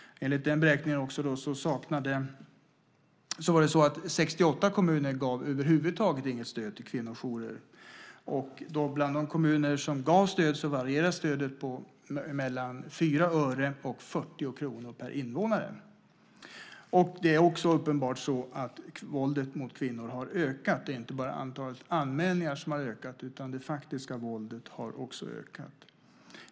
Enligt den beräkningen var det 68 kommuner som över huvud taget inte gav något stöd till kvinnojourer, och bland de kommuner som gav stöd varierade stödet mellan 4 öre och 40 kr per invånare. Det är också uppenbart så att våldet mot kvinnor har ökat. Det är inte bara antalet anmälningar som har ökat, utan det faktiska våldet har också ökat.